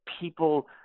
people